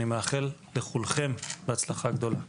אני מאחל לכולם בהצלחה גדולה.